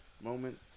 moment